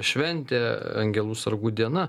šventė angelų sargų diena